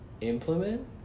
implement